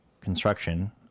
construction